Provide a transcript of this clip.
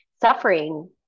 suffering